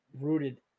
rooted